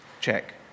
check